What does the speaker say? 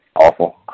Awful